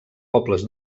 pobles